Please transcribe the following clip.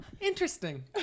Interesting